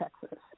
Texas